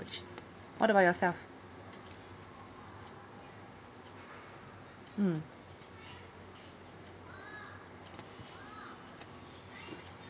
what about yourself mm